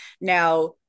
Now